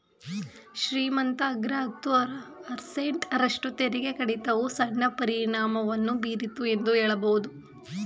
ಶ್ರೀಮಂತ ಅಗ್ರ ಹತ್ತು ಪರ್ಸೆಂಟ್ ರಷ್ಟು ತೆರಿಗೆ ಕಡಿತವು ಸಣ್ಣ ಪರಿಣಾಮವನ್ನು ಬೀರಿತು ಎಂದು ಹೇಳಬಹುದು